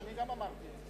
אני גם אמרתי את זה.